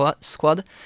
squad